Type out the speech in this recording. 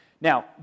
now